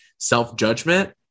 self-judgment